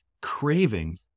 Craving